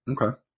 Okay